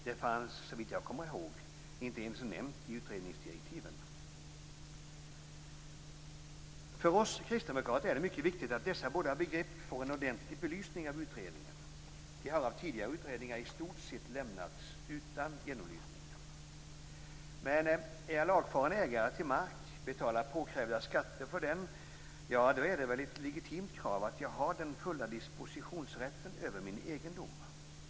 Det fanns såvitt jag kommer ihåg inte ens nämnt i utredningsdirektiven. För oss kristdemokrater är det mycket viktigt att dessa båda begrepp får en ordentlig belysning av utredningen. De har av tidigare utredningar i stort sett lämnats utan genomlysning. Är jag lagfaren ägare till mark, betalar påkrävda skatter för den - ja, då är det väl ett legitimt krav att jag har den fulla dispositionsrätten över min egendom.